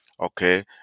okay